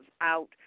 out